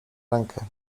rękę